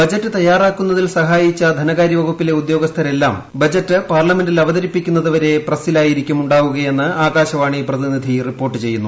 budget തയ്യാറാക്കുന്നതിൽ സഹായിച്ച ധനകാര്യ്പ്പകുപ്പിലെ ഉദ്യോഗസ്ഥരെല്ലാം ബജറ്റ് പാർലമെന്റിൽ അവതരിപ്പിക്കുന്നതുവരെ പ്രസ്സിലായിരിക്കും ഉണ്ടാവുകയെന്ന് ആകാശവാണി പ്രതിനിധി റിപ്പോർട്ട് ചെയ്യുന്നു